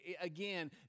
again